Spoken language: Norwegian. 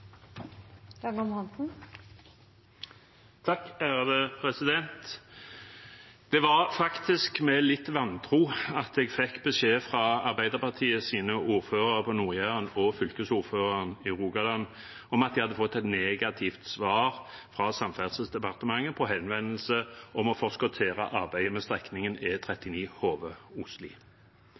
Det var faktisk med litt vantro jeg fikk beskjed fra Arbeiderpartiets ordførere på Nord-Jæren og fylkesordføreren i Rogaland om at de hadde fått et negativt svar fra Samferdselsdepartementet på henvendelse om å forskuttere arbeidet med strekningen